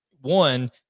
One